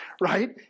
right